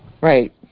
Right